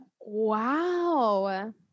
wow